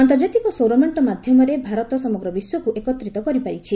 ଆନ୍ତର୍ଜାତିକ ସୌରମେଣ୍ଟ ମାଧ୍ୟମରେ ଭାରତ ସମଗ୍ର ବିଶ୍ୱକୁ ଏକତ୍ରିତ କରିପାରିଛି